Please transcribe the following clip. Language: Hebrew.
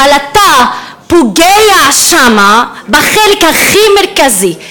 אתה פוגע שם בחלק הכי מרכזי.